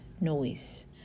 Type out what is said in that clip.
noise